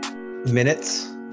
minutes